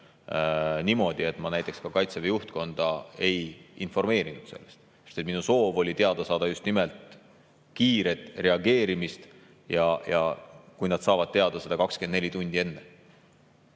niimoodi, et ma näiteks Kaitseväe juhtkonda ei informeerinud sellest. Minu soov oli teada saada just nimelt, kui kiire on reageerimine, kui nad saavad teada 24 tundi enne.